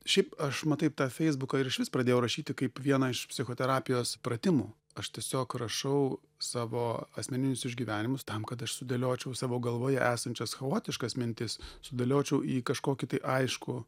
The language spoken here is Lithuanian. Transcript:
šiaip aš matai tą feisbuką ir išvis pradėjau rašyti kaip vieną iš psichoterapijos pratimų aš tiesiog rašau savo asmeninius išgyvenimus tam kad aš sudėliočiau savo galvoje esančias chaotiškas mintis sudėliočiau į kažkokį tai aiškų